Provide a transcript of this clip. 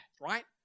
right